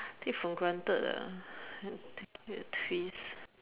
take for granted ah need a twist